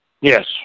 Yes